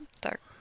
Dark